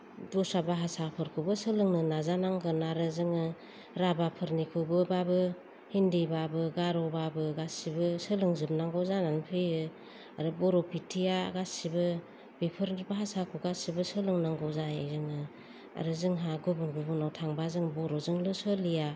दस्रा भासाफोरखौबो सोलोंनो नाजानांगोन आरो जोङो राभाफोरनिखौबो बाबो हिन्दिबाबो गार'बाबो गासैबो सोलोंजोबनांगौ जानानै फैयो आरो बरफेतिया गासैबो बेफोर भासाखौ गासैबो सोलोंनांगौ जायो जोङो आरो जोंहा गुबुन गुबुनाव थांबा जों बर'जोंल' सोलिया